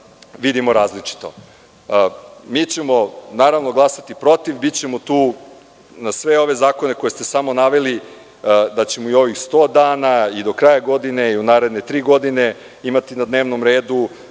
vidimo različito. Mi ćemo, naravno, glasati protiv. Bićemo tu na sve ove zakone koje ste samo naveli da ćemo u ovih sto dana, do kraja godine i u naredne tri godine imati na dnevnom redu.